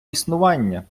існування